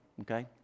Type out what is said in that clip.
Okay